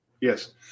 Yes